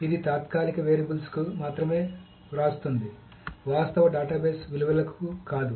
ఇది తాత్కాలిక వేరియబుల్స్కు మాత్రమే వ్రాస్తుంది వాస్తవ డేటాబేస్ విలువలకు కాదు